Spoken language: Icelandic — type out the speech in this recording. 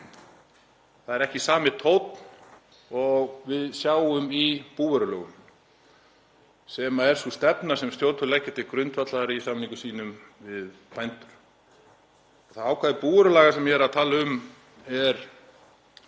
það er ekki sami tónn og við sjáum í búvörulögum sem er sú stefna sem stjórnvöld leggja til grundvallar í samningum sínum við bændur. Það ákvæði búvörulaga sem ég er að tala um er